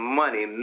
money